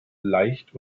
leicht